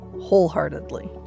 wholeheartedly